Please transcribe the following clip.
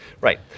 Right